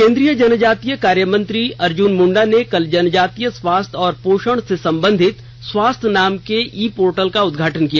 केंद्रीय जनजातीय कार्यमंत्री अर्जन मंडा ने कल जनजातीय स्वास्थ्य और पोषण से संबंधित स्वास्थ्य नाम के ई पोर्टल का उदघाटन किया